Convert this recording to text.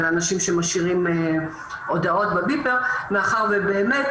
האנשים שמשאירים הודעות בביפר מאחר שבאמת